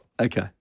Okay